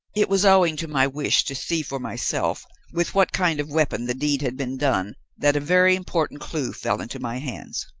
it was owing to my wish to see for myself with what kind of weapon the deed had been done that a very important clue fell into my hands.